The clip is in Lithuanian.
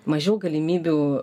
mažiau galimybių